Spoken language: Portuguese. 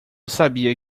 sabia